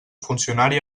funcionari